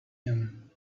him